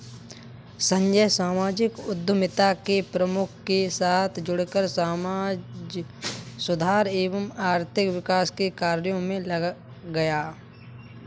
संजय सामाजिक उद्यमिता के प्रमुख के साथ जुड़कर समाज सुधार एवं आर्थिक विकास के कार्य मे लग गया